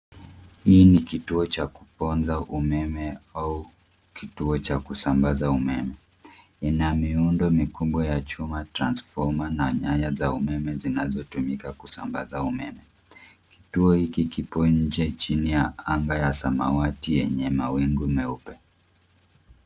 Hii ni kituo cha kuponza umeme au kituo cha kusambaza umeme. Ina miundo mikubwa ya chuma, transfomer , na nyaya za umeme zinazotumika kusambaza umeme. Kituo hiki kipo nje chini ya anga ya samawati yenye mawingu meupe.